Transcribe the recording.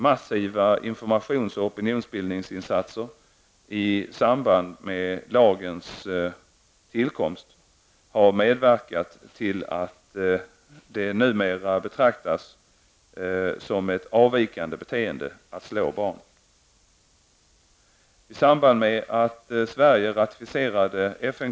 Massiva informations och opinionsbildningsinsatser i samband med lagens tillkomst har medverkat till att det numera betraktas som ett avvikande beteende att slå barn.